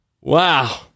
Wow